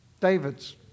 Davids